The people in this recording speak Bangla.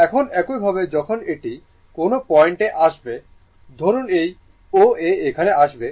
এখন এইভাবে যখন এটি কোনও পয়েন্টে আসবে ধরুন এই O A এখানে আসবে